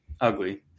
ugly